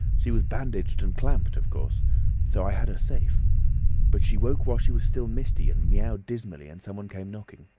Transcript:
she was bandaged and clamped, of course so i had her safe but she woke while she was still misty, and miaowed ah dismally, and someone came knocking.